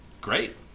Great